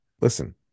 listen